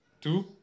Two